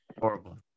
Horrible